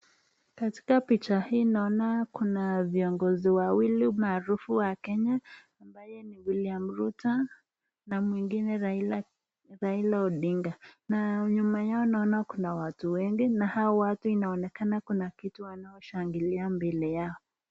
Katika picha hii naona kuna viongozi wawili maarufu wa kenya ambaye ni William Ruto na mwingine Raila Odinga na nyuma yao naona kuna watu wengi na hawa watu inaonekana kuna kitu wanao shangilia mbele yao.